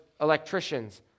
electricians